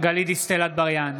גלית דיסטל אטבריאן,